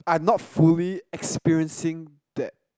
I'm not fully experiencing that